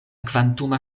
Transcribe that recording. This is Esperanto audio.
kvantuma